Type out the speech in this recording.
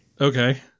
Okay